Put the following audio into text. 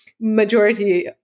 majority